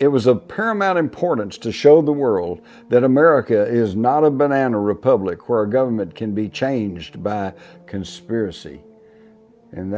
it was a paramount importance to show the world that america is not a banana republic where government can be changed by conspiracy and